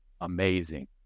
amazing